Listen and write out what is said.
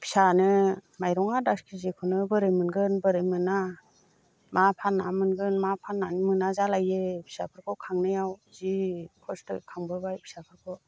फिसानो माइरंआ दस किजिखौनो बोरै मोनगोन बोरै मोना मा फानना मोनगोन मा फाननानै मोना जालायो फिसाफोरखौ खांनायाव जि खस्थ'यै खांबोबाय फिसाफोरखौ